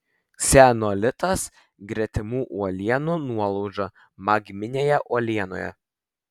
ksenolitas gretimų uolienų nuolauža magminėje uolienoje